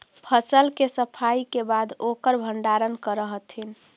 फसल के सफाई के बाद ओकर भण्डारण करऽ हथिन